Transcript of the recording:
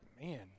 man